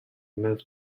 move